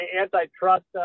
antitrust